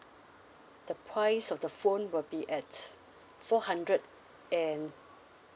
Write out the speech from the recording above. the price of the phone will be at four hundred and